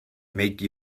make